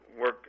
work